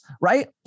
right